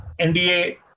nda